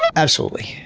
absolutely.